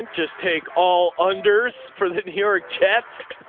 just take all unders for the new york chats.